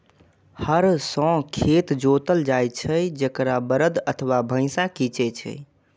हर सं खेत जोतल जाइ छै, जेकरा बरद अथवा भैंसा खींचै छै